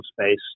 space